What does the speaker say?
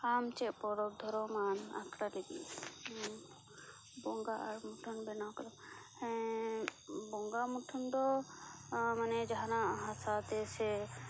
ᱟᱢ ᱪᱮᱫ ᱯᱚᱨᱚᱵᱽ ᱫᱷᱚᱨᱚᱢᱟᱱ ᱟᱠᱷᱟᱲᱟ ᱨᱮᱜᱮ ᱵᱚᱸᱜᱟ ᱟᱨ ᱢᱩᱴᱷᱟᱹᱱ ᱵᱮᱱᱟᱣ ᱫᱚ ᱦᱮᱸ ᱵᱚᱸᱜᱟ ᱢᱩᱴᱷᱟᱹᱱ ᱫᱚ ᱢᱟᱱᱮ ᱡᱟᱦᱟᱱᱟᱜ ᱦᱟᱥᱟ ᱛᱮ ᱥᱮ